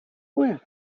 well